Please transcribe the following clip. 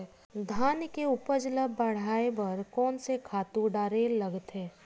धान के उपज ल बढ़ाये बर कोन से खातु डारेल लगथे?